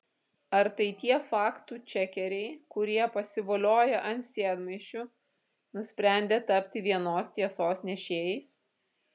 ar tai tie faktų čekeriai kurie pasivolioję ant sėdmaišių nusprendė tapti vienos tiesos nešėjais